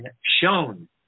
shown